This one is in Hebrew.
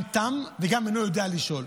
גם תם וגם שאינו יודע לשאול.